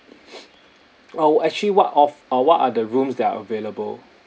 oh actually what of uh what are the rooms that are available